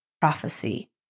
prophecy